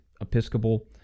Episcopal